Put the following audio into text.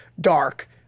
dark